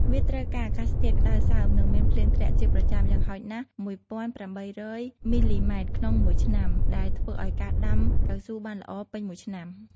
វាត្រូវការអាកាសធាតុក្តៅសើម និងមានភ្លៀងធ្លាក់ជាប្រចាំ យ៉ាងហោចណាស់ ១៨០០ មិល្លីម៉ែត្រក្នុងមួយឆ្នាំ ដែលធ្វើឲ្យការដាំកៅស៊ូបានល្អពេញមួយឆ្នាំ។